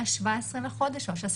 מתאריך 17 בחודש או 16,